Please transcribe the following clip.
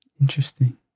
Interesting